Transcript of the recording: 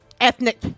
ethnic